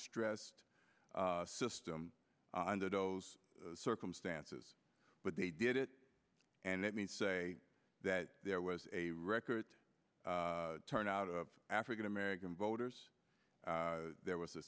stressed system under those circumstances but they did it and let me say that there was a record turnout of african american voters there was a